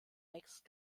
wächst